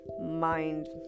mind